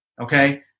okay